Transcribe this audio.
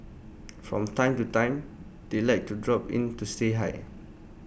from time to time they like to drop in to say hi